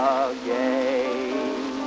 again